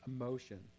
emotion